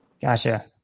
Gotcha